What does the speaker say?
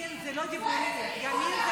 הימין זה לא דיבורים, מפלגת ימין, יוליה, יוליה.